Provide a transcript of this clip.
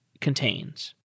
contains